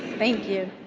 thank you.